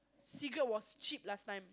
cigarette was cheap last time